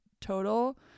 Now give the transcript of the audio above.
total